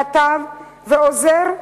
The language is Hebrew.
כתב ועוזר,